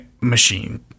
machine